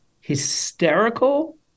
hysterical